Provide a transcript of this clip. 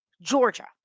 Georgia